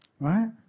right